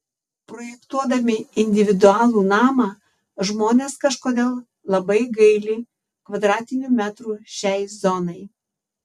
projektuodami individualų namą žmonės kažkodėl labai gaili kvadratinių metrų šiai zonai